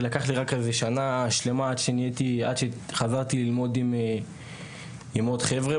לקח לי שנה שלמה עד שחזרתי ללמוד עם עוד חבר'ה.